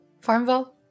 Farmville